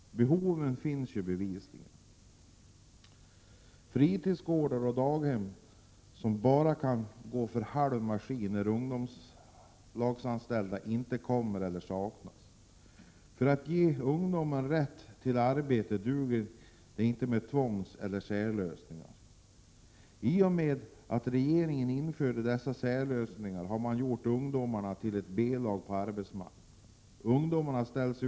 Behoven finns bevislingen. Vissa fritidsgårdar och daghem kan bara gå för halv maskin när ungdomslagsanställda inte kommer eller saknas. För att ge ungdomen rätt till arbete duger det inte med tvångsoch särlösningar. I och med att regeringen infört dessa särlösningar har man gjort ungdomarna till ett B-lag på arbetsmarknaden. De ställs utan vissa grundläg Prot.